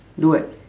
do what